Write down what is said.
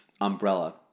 umbrella